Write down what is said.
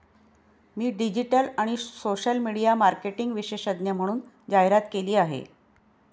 मी digital आणि social media marketing विशेषज्ञ म्हणून जाहिरात केली आहे